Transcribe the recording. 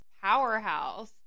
powerhouse